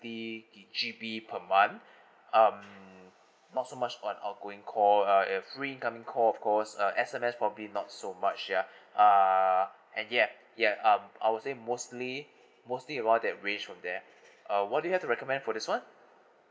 G_B per month um not so much on outgoing call uh a free timing call of course uh S_M_S probably not so much ya uh and ya ya um I would say mostly mostly around that ways from there uh what do you have to recommend for this one